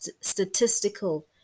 statistical